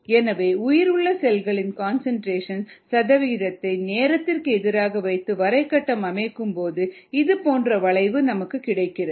எனவே உயிருள்ள செல்களின் கன்சன்ட்ரேஷன் சதவிகிதத்தை நேரத்திற்கு எதிராக வைத்து வரை கட்டம் அமைக்கும்போது இது போன்ற வளைவு நமக்கு கிடைக்கிறது